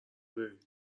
داری